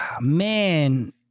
man